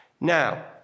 Now